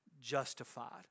justified